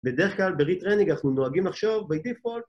בדרך כלל ב-retraining אנחנו נוהגים עכשיו בי דיפולט